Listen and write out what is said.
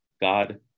God